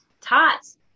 tots